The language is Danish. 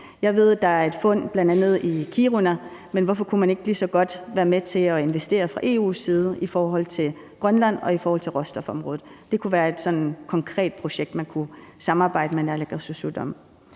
Jeg ved, at der er et fund, bl.a. i Kiruna, men hvorfor kunne man ikke lige så godt være med til at investere fra EU's side i forhold til Grønland og i forhold til råstofområdet? Det kunne være et sådan konkret projekt, man kunne samarbejde med naalakkersuisut om.